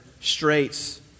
straits